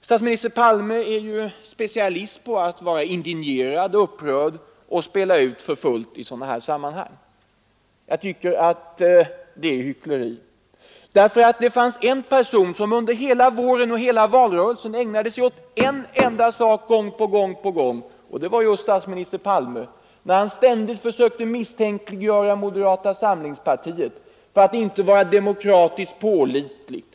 Statsminister Palme är ju specialist på att vara indignerad och upprörd och spela ut för fullt i sådana här sammanhang. Jag tycker att det är hyckleri. Det fanns en person som under hela våren och hela valrörelsen ägnade sig åt samma sak gång på gång. Det var just statsminister Palme, som försökte misstänkliggöra moderata samlingspartiet för att inte vara demokratiskt pålitligt.